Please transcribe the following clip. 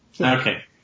Okay